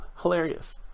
hilarious